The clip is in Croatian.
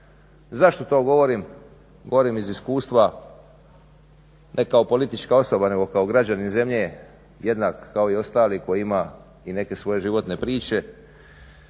Zašto to govorim? Govorim iz iskustva ne kao politička osoba nego kao građanin zemlje jednak kao i ostali koji ima i neke svoje životne priče,